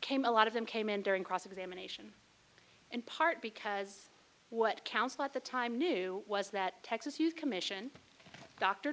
came a lot of them came in during cross examination in part because what counsel at the time knew was that texas youth commission dr